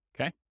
Okay